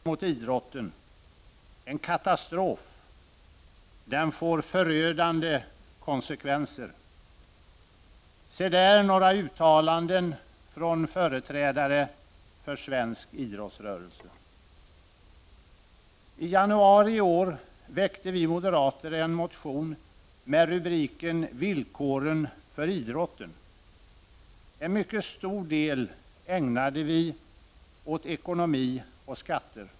Herr talman! Skattereformen är ett dråpslag mot idrotten, en katastrof. Den får förödande konsekvenser. Se där, några uttalanden från företrädare för svensk idrottsrörelse. I januari i år väckte vi moderater en motion med rubriken Villkoren för idrotten. En mycket stor del av motionen ägnade vi åt ekonomi och skatter.